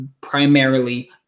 primarily